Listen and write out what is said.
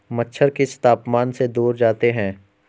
मच्छर किस तापमान से दूर जाते हैं?